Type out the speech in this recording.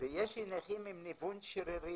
יש נכים עם ניוון שרירים,